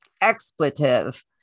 expletive